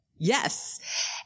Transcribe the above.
Yes